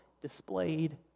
displayed